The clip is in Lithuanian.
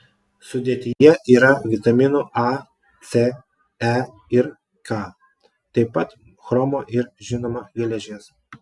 sudėtyje yra vitaminų a c e ir k taip pat chromo ir žinoma geležies